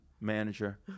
manager